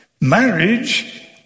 Marriage